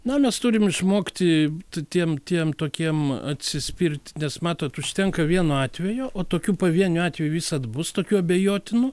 na mes turim išmokti tiem tiem tokiem atsispirt nes matot užtenka vieno atvejo o tokių pavienių atvejų visad bus tokių abejotinų